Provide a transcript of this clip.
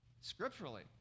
scripturally